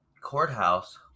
Courthouse